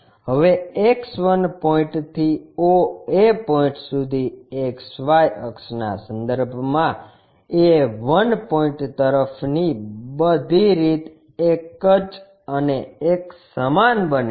હવે X 1 પોઇન્ટથી oa point સુધી XY અક્ષ ના સંદર્ભમાં a 1 પોઇન્ટ તરફની બધી રીત એક જ અને એક સમાન બને છે